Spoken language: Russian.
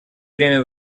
бремя